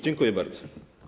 Dziękuję bardzo.